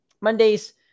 Mondays